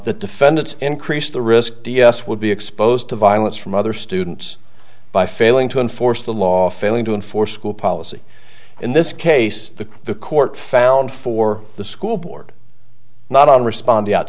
the defendants increased the risk vs would be exposed to violence from other students by failing to enforce the law failing to enforce school policy in this case the the court found for the school board not on respond out